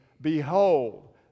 Behold